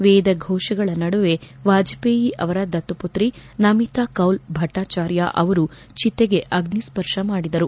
ವೇದ ಘೋಷಗಳ ನಡುವೆ ವಾಜಹೇಯಿ ಅವರ ದತ್ತುಪುತ್ರಿ ನಮಿತಾ ಕೌಲ್ ಭಟ್ನಾಚಾರ್ಯ ಅವರು ಚಿತೆಗೆ ಅಗ್ಬಿಸರ್ಕ ಮಾಡಿದರು